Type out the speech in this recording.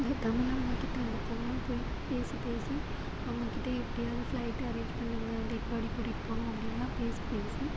அந்த தமிழ் ஆளுங்கக்கிட்ட அந்த பொண்ணாக போய் பேசிப் பேசி அவங்கக்கிட்ட எப்படியாவுது ஃப்ளைட்டு அரேஞ்ச் பண்ணுங்கள் டெட்பாடி கூட்டிட்டு போகணும் அப்படின்லாம் பேசிப் பேசி